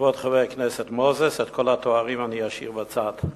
"לכבוד חבר הכנסת מוזס" את כל התארים אני אשאיר בצד,